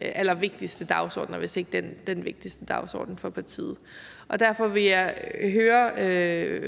allervigtigste dagsordener, hvis ikke den vigtigste dagsorden for partiet, og derfor vil jeg høre